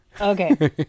Okay